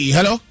Hello